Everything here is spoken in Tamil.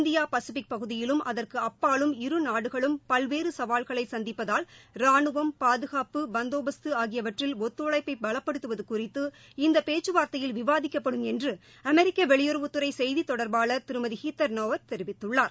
இந்தியா பசிபிக் பகுதியிலும் அதற்கு அப்பாலும் இரு நாடுகளும் பல்வேறு சவால்களை சந்திப்பதால் ரானுவம் பாதுகாப்பு பந்தோபஸ்து ஆகியவற்றில் ஒத்துழைப்பை பலப்படுத்துவது குறித்து இந்த பேச்சு வார்த்தையில் விவாதிக்கப்படும் என்று அமெரிக்க வெளியுறவுத்துறை செய்தி தொடர்பாளர் திருமதி ஹீத்தர் நாரெட் தெரிவித்துள்ளார்